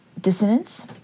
dissonance